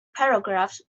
paragraphs